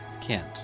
Kent